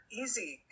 easy